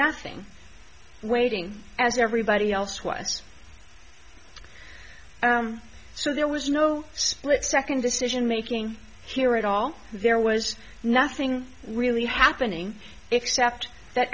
nothing and waiting as everybody else was so there was no split second decision making here at all there was nothing really happening except that